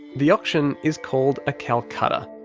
the auction, is called a calcutta.